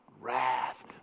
wrath